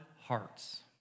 hearts